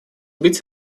быть